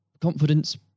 confidence